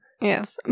Yes